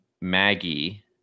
Maggie